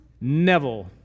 Neville